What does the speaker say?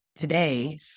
today